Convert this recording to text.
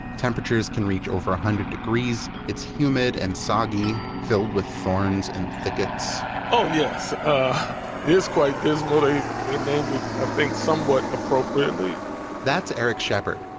temperatures can reach over one ah hundred degrees, it's humid and soggy, filled with thorns and thickets oh yes, it is quite dismal. they they named it, i think, somewhat appropriately that's eric shepherd.